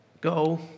go